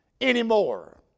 anymore